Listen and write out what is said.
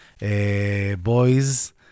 boys